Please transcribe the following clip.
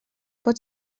pot